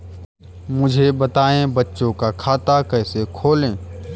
मुझे बताएँ बच्चों का खाता कैसे खोलें?